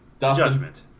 Judgment